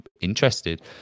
interested